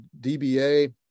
dba